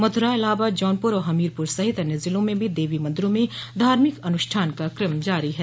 मथुरा इलाहाबाद जौनपुर और हमीरपुर सहित अन्य जिलों में भी देवी मन्दिरों में धार्मिक अनुष्ठानों का कम जारी है